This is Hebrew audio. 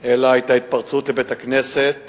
אלא היתה התפרצות לבית-הכנסת